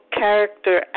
character